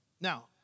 Now